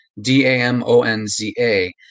D-A-M-O-N-Z-A